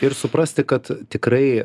ir suprasti kad tikrai